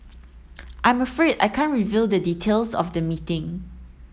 I'm afraid I can't reveal the details of the meeting